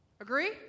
Agree